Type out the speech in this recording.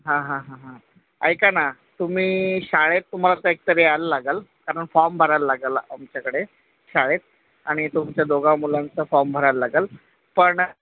हां हां हां हां ऐका ना तुम्ही शाळेत तुम्हाला तर एकतर यायला लागेल कारण फॉर्म भरायला लागेल आमच्याकडे शाळेत आणि तुमच्या दोघां मुलांचां फॉर्म भरायला लागेल पण